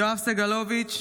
יואב סגלוביץ'